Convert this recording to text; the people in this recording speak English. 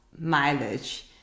mileage